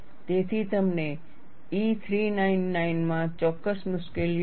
તેથી તમને E 399 માં ચોક્કસ મુશ્કેલીઓ છે